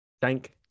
Thank